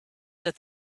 that